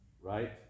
right